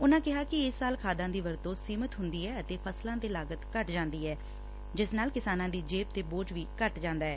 ਉਨੂਾਂ ਕਿਹਾ ਕਿ ਇਸ ਨਾਲ ਖਾਦਾਂ ਦੀ ਵਰਤੋਂ ਸੀਮਿਤ ਹੁੰਦੀ ਐ ਅਤੇ ਫਸਲਾਂ ਤੇ ਲਾਗਤ ਘੱਟ ਜਾਂਦੀ ਐ ਜਿਸ ਨਾਲ ਕਿਸਾਨਾਂ ਦੀ ਜੇਬ ਤੇ ਬੋਝ ਘੱਟ ਪੈਦਾ ਐ